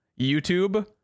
YouTube